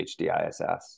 HDISS